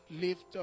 Lift